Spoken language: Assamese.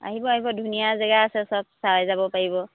আহিব আহিব ধুনীয়া জেগা আছে চব চাই যাব পাৰিব